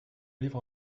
livre